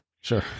Sure